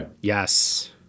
Yes